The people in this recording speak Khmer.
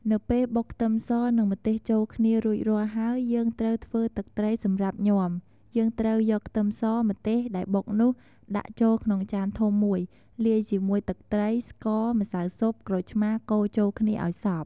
នៅពេលបុកខ្ទឹមស និង ម្ទេសចូលគ្នារួចរាល់ហើយយើងត្រូវធ្វើទឹកត្រីសម្រាប់ញាំយើងត្រូវយកខ្ទឹមស ម្ទេសដែរបុកនោះដាក់ចូលក្នុងចានធំមួយលាយជាមួយទឺកត្រី ស្ករ ម្សៅស៊ុប ក្រូចឆ្មាកូរចូលគ្នាឱ្យសព្វ។